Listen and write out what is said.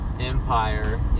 Empire